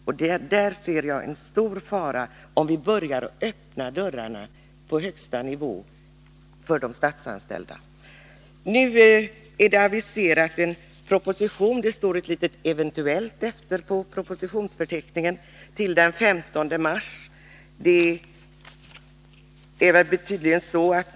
Jag ser därför en stor fara i att vi öppnar dörrarna på högsta nivå, för de statsanställda. Det har aviserats en proposition i det här ärendet — i propositionsförteckningen står det ett litet ”eventuellt” efter den uppgiften — till den 15 mars.